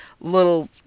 Little